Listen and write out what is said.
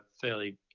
fairly